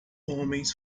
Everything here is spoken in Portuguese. homens